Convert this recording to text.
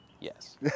yes